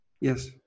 Yes